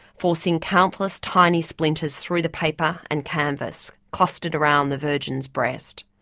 forcing countless tiny splinters through the paper and canvas, clustered around the virgin's breast.